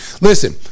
Listen